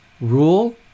rule